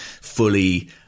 fully